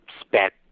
spent